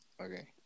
Okay